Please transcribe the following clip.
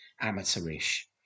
amateurish